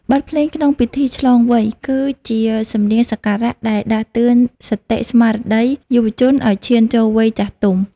បទភ្លេងក្នុងពិធីឆ្លងវ័យ គឺជាសំនៀងសក្ការៈដែលដាស់តឿនសតិស្មារតីយុវជនឱ្យឈានចូលវ័យចាស់ទុំ។